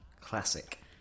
classic